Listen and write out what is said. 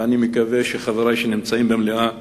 ואני מקווה שחברי שנמצאים במליאה